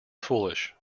foolish